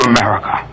America